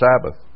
Sabbath